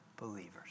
believers